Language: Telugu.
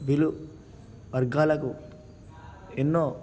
బిల్లు వర్గాలకు ఎన్నో